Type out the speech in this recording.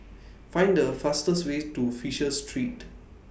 Find The fastest Way to Fisher Street